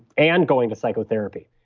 and going to psychotherapy.